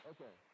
Okay